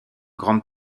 grande